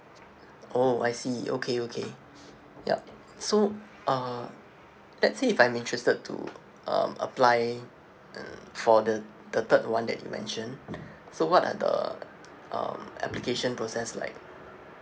oh I see okay okay yup so uh let's say if I'm interested to um apply um for the the third one that you mentioned so what are the um application process like